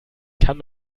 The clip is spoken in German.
kann